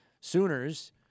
sooners